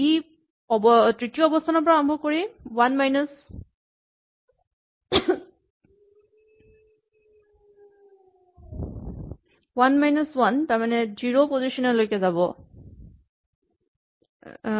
ই তৃতীয় অৱস্হানৰ পৰা আৰম্ভ কৰি ৱান মাইনাচ ৱান অৱস্হান মানে শূণ্যলৈ যাবলৈ কৈছে